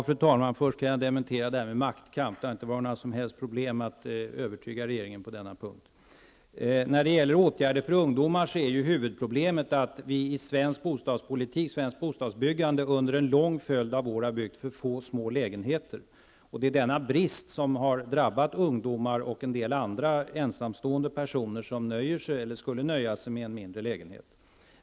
Fru talman! Först kan jag dementera det som Kent Carlsson sade om maktkamp. Det har inte varit några som helst problem att övertyga den övriga regeringen på denna punkt. När det gäller åtgärder för ungdomar är huvudproblemet att vi i fråga om svensk bostadspolitik och svenskt bostadsbyggande under en lång följd av år har byggt för få små lägenheter. Det är denna brist som har drabbat ungdomar och en del andra ensamstående personer som skulle nöja sig med en mindre lägenhet.